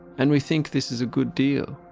and we think this is a good deal.